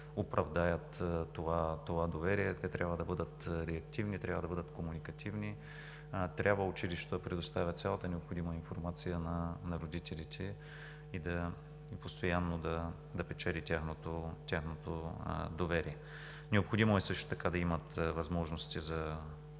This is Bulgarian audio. оправдаят това доверие. Те трябва да бъдат реактивни, трябва да бъдат комуникативни. Училищата трябва да предоставят цялата необходима информация на родителите и постоянно да печелят тяхното доверие. Необходимо е също така да имат възможности за